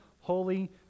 holy